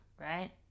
right